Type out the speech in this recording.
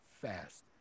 fast